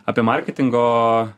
apie marketingo